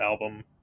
album